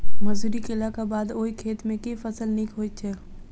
मसूरी केलाक बाद ओई खेत मे केँ फसल नीक होइत छै?